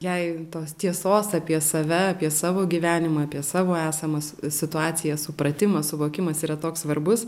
jei tos tiesos apie save apie savo gyvenimui apie savo esamas situacijas supratimas suvokimas yra toks svarbus